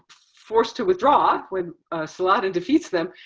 forced to withdraw when saladin defeats them,